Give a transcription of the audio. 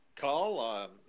call